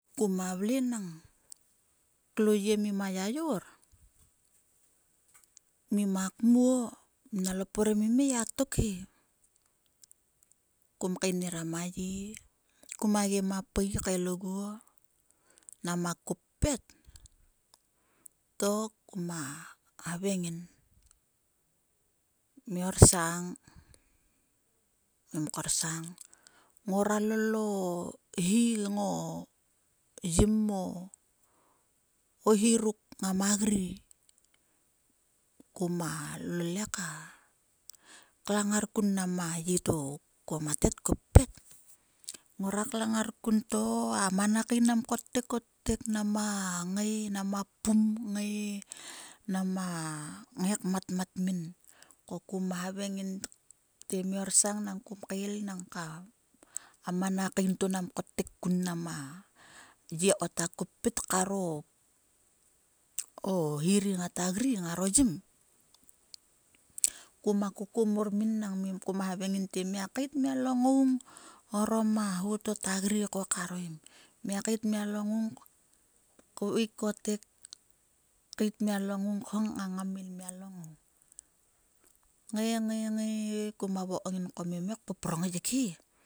Kuma vle klo yie ngima yayor. Ngima kmuo minalo pore mim her mi tok. Kum keniran a ye, kgem a pui kael oguo nama kopet. To kuma havaing ngin me orsang. Ngim korsong ku naa lol mo hi ngo yim o o hi ruk ngama gri ka klang ngar ogun mnam a ye to ta koppet to a mana kain nam kottek kottek na pum kngai ngmata mat mim ko kuma havaing nginte miak korsang nang a manakein to nam kottek kun mnam a ye ko ta koppet karo o hi ri ngatta gri karo yim. Kuma kokomor min nang khavaing nginte miak keit miallo ngoung orormo hi ruk ngatta gri ngro yim. Miak keit miallo ngoung kveik kottek, keit miallo ngoung khong miallo ngoung. Kngai ngai ngai kuma vokom min ko mima ngai kpoprong yek he